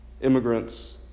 immigrants